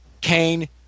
Kane